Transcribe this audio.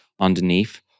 underneath